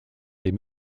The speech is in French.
des